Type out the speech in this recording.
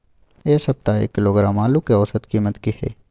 ऐ सप्ताह एक किलोग्राम आलू के औसत कीमत कि हय?